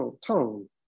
tone